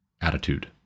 attitude